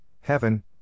heaven